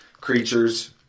creatures